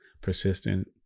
persistent